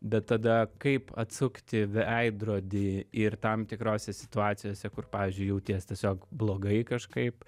bet tada kaip atsukti veidrodį ir tam tikrose situacijose kur pavyzdžiui jauties tiesiog blogai kažkaip